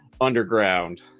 underground